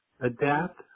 adapt